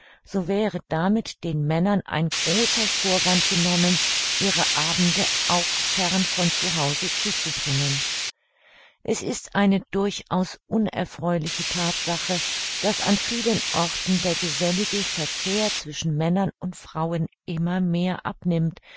so wäre damit den männern ein großer vorwand genommen ihre abende auch fern von zu hause zuzubringen es ist eine durchaus unerfreuliche thatsache daß an vielen orten der gesellige verkehr zwischen männern und frauen immer mehr abnimmt